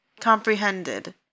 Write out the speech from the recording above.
comprehended